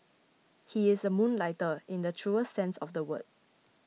he is a moonlighter in the truest sense of the word